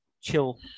Chill